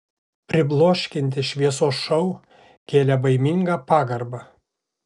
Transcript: pribloškiantis šviesos šou kėlė baimingą pagarbą